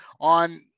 on